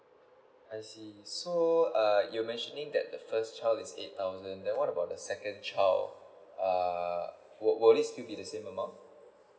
I see so err you mentioning that the first child is eight thousand then what about the second child err will will this be the same amount